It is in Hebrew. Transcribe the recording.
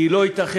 כי לא ייתכן.